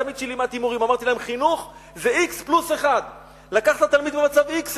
תמיד כשלימדתי מורים אמרתי להם: חינוך זה x פלוס 1. לקחת תלמיד במצב x,